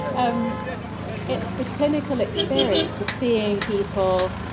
um it's the clinical experience of seeing people,